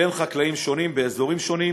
בין חקלאים שונים באזורים שונים.